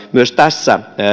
myös tässä